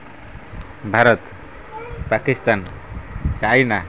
Bharat Pakistan China